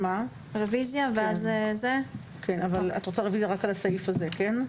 אבל את רוצה רביזיה רק על הסעיף הזה, כן?